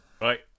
Right